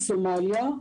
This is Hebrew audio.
סומליה,